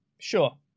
Sure